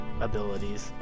abilities